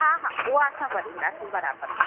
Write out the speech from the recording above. हा हा उहो असां भरींदासीं बराबरि